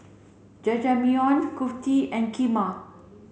Jajangmyeon Kulfi and Kheema